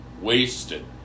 wasted